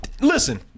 Listen